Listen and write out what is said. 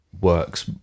works